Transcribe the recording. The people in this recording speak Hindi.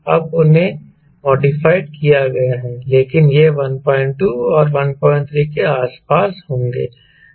अब उन्हें मॉडिफाइड किया गया है लेकिन यह 12 और 13 के आसपास होंगे